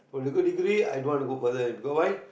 for a good degree i don't want to go further you know why